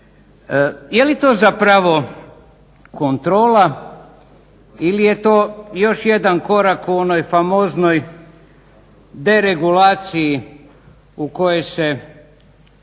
Je li to zapravo kontrola ili je to još jedan korak u onoj famoznoj deregulaciji u kojoj se